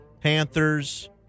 Panthers